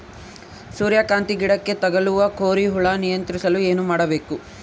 ಸೂರ್ಯಕಾಂತಿ ಗಿಡಕ್ಕೆ ತಗುಲುವ ಕೋರಿ ಹುಳು ನಿಯಂತ್ರಿಸಲು ಏನು ಮಾಡಬೇಕು?